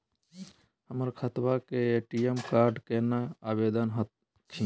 हमर खतवा के ए.टी.एम कार्ड केना आवेदन हखिन?